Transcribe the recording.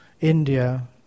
India